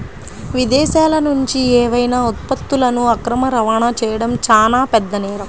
విదేశాలనుంచి ఏవైనా ఉత్పత్తులను అక్రమ రవాణా చెయ్యడం చానా పెద్ద నేరం